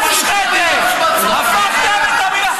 שלך חצופה, אין לך גבול.